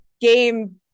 game